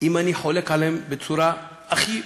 אם אני חולק עליהם בצורה הכי מוחלטת.